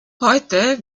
heute